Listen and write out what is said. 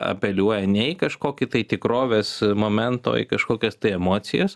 apeliuoja ne į kažkokį tai tikrovės momento į kažkokias tai emocijas